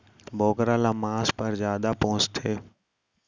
बोकरा ल मांस पर जादा पोसथें